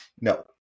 no